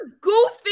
goofy